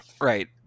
Right